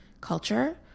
culture